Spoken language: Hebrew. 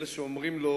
אלה שאומרים לו: